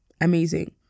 amazing